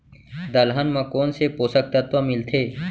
दलहन म कोन से पोसक तत्व मिलथे?